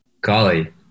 Golly